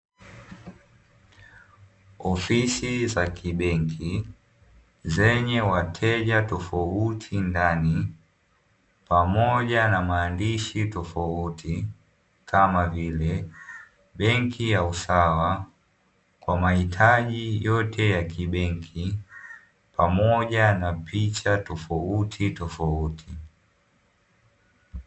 Ofisi za kibenki, zenye wateja tofauti ndani pamoja na maandishi tofauti, kama vile; “benki ya usawa" kwa mahitaji yote ya kibenki pamoja na picha tofautitofauti.